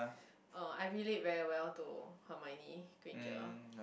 uh I relate very well to Hermione-Granger